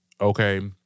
okay